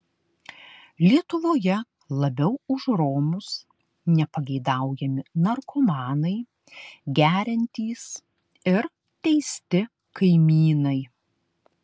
lietuvoje labiau už romus nepageidaujami narkomanai geriantys ir teisti kaimynai